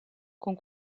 con